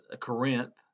Corinth